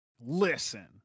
Listen